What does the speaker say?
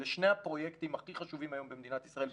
אלה שני הפרויקטים הכי חשובים היום במדינת ישראל,